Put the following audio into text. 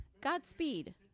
Godspeed